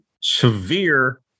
severe